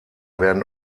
werden